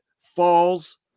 falls